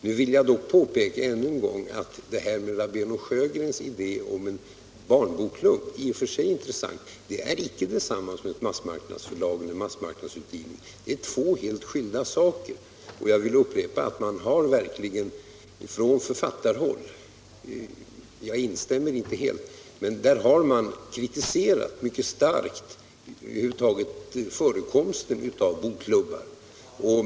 Jag vill dock påpeka än en gång att Rabén & Sjögrens idé om en barnbokklubb i och för sig är intressant — men det är inte detsamma som ett massmarknadsförlag med massmarknadsutgivning. Det är två helt skilda saker, och jag vill upprepa att man från författarhåll mycket starkt har kritiserat förekomsten av bokklubbar — en kritik som jag inte helt instämmer i.